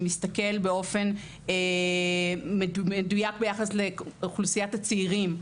שמסתכל באופן מדוייק ביחס לאוכלוסיית הצעירים.